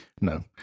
no